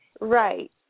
Right